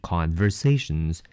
Conversations